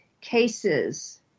cases